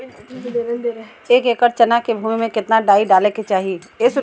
एक एकड़ चना के भूमि में कितना डाई डाले के चाही?